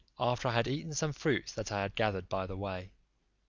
after i had eaten some fruits that i had gathered by the way.